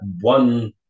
one